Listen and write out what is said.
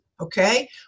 Okay